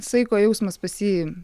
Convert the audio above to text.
saiko jausmas pas jį